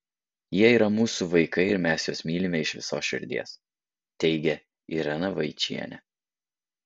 jie yra mūsų vaikai ir mes juos mylime iš visos širdies teigia irena vaičienė